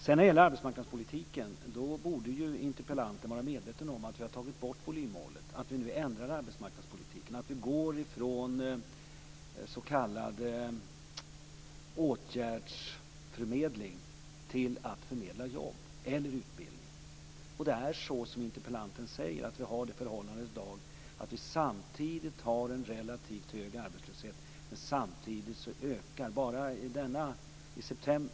När det gäller arbetsmarknadspolitiken borde interpellanten vara medveten om att vi har tagit bort volymmålet, om att vi nu ändrar arbetsmarknadspolitiken och om att vi går från s.k. åtgärdsförmedling till att förmedla jobb eller utbildning. Det är så som interpellanten säger, att vi i dag har det förhållandet att vi har en relativt hög arbetslöshet samtidigt som antalet nya jobb ökar.